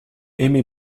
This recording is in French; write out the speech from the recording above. aimé